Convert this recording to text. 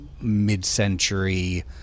mid-century